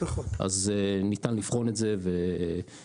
אז ניתן לבחון את זה ולאשר את זה.